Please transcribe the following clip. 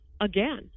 again